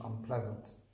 unpleasant